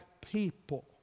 people